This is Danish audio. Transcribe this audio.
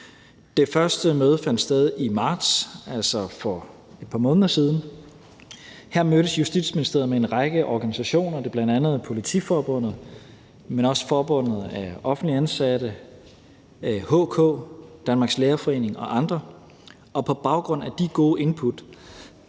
Det første møde fandt sted i marts, altså for et par måneder siden, og her mødtes Justitsministeriet med en række organisationer. Det var bl.a. Politiforbundet, men også FOA, HK, Danmarks Lærerforening og andre, og på baggrund af de gode input,